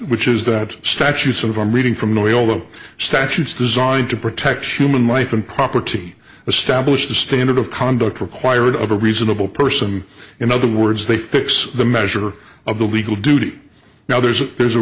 which is that statutes of i'm reading from the oil of statutes designed to protect human life and property establish the standard of conduct required of a reasonable person in other words they fix the measure of the legal duty now there's a there's a